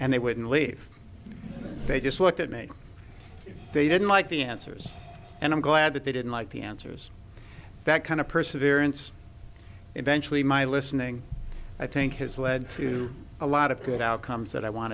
and they wouldn't leave they just looked at me they didn't like the answers and i'm glad that they didn't like the answers that kind of perseverance eventually my listening i think has led to a lot of good outcomes that i want